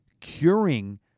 curing